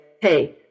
hey